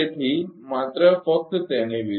તેથી માત્ર ફકત તેની વિરુદ્ધ